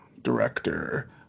director